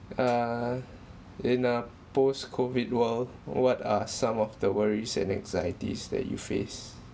uh in a post COVID world what are some of the worries and anxieties that you face